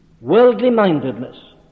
Worldly-mindedness